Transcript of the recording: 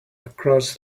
across